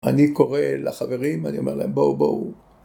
אני קורא לחברים, אני אומר להם בואו בואו